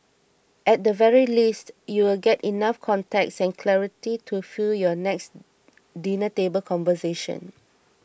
at the very least you'll get enough context and clarity to fuel your next dinner table conversation